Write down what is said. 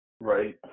Right